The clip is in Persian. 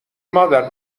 مادر